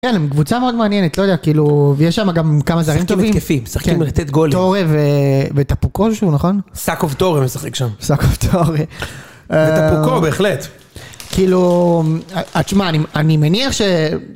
כן, הם קבוצה מאוד מעניינת, לא יודע, כאילו, ויש שם גם כמה זרים טובים. שחקים התקפים, שחקים לתת גולים. טורי ו... וטפוקו שהוא, נכון? סאקוב טורי משחק שם. סאקוב טורי. וטפוקו, בהחלט. כאילו... א.. תשמע, אני מניח ש...